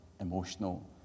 emotional